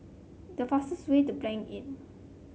the fastest way to Blanc Inn